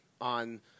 on